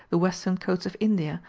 the western coasts of india,